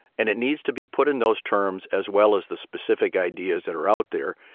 and it needs to be put in those terms as well as the specific ideas that are out there.